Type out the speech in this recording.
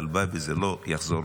והלוואי שזה לא יחזור.